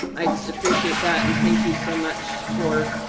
i just appreciate that. and thank you so much for